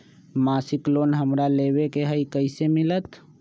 मासिक लोन हमरा लेवे के हई कैसे मिलत?